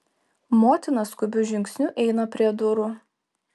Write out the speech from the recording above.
motina skubiu žingsniu eina prie durų